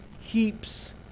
heaps